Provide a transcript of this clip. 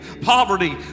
Poverty